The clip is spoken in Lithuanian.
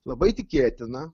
labai tikėtina